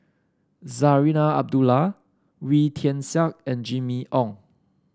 Zarinah Abdullah Wee Tian Siak and Jimmy Ong